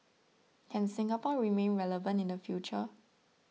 can Singapore remain relevant in the future